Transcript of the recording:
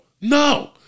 no